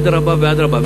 אדרבה ואדרבה.